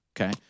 Okay